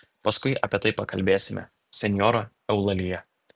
paskui apie tai pakalbėsime senjora eulalija